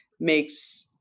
makes